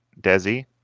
Desi